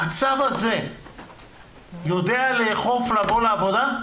הצו הזה יודע לאכוף לבוא לעבודה?